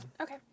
okay